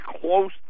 close